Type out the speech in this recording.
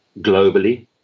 globally